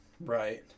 Right